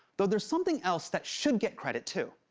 though there's something else that should get credit, too.